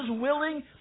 willing